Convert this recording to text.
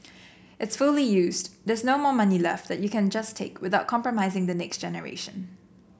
it's fully used there's no more money left there that you can just take without compromising the next generation